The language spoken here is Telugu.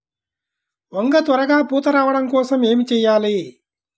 వంగ త్వరగా పూత రావడం కోసం ఏమి చెయ్యాలి?